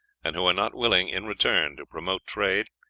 and who are not willing, in return, to promote trade,